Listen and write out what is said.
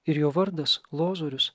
ir jo vardas lozorius